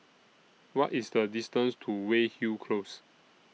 What IS The distance to Weyhill Close